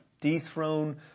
Dethrone